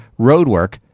roadwork